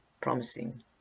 promising